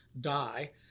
die